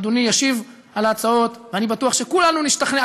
אדוני ישיב על ההצעות, ואני בטוח שכולנו נשתכנע.